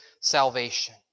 salvation